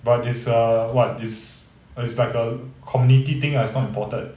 but is err what is is like a community thing lah is not imported